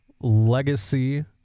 legacy